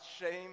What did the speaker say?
shame